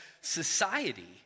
society